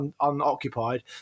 unoccupied